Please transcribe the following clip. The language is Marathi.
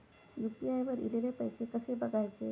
यू.पी.आय वर ईलेले पैसे कसे बघायचे?